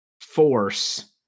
force